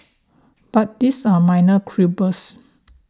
but these are minor quibbles